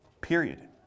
Period